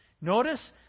Notice